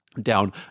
down